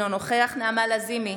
אינו נוכח נעמה לזימי,